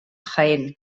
jaén